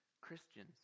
Christians